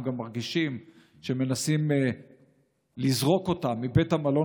הם גם מרגישים שמנסים לזרוק אותם מבית המלון